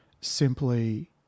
simply